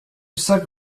sac